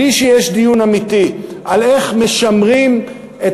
בלי לקיים דיון אמיתי בשאלה איך משמרים את